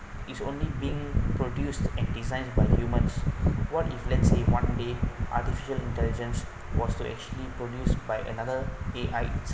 is only being produced and designed by humans what if let's say one day artificial intelligence was to actually produced by another A_I